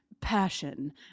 passion